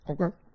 Okay